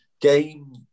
game